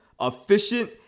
efficient